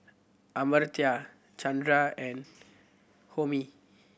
Amartya Chandra and Homi